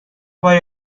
why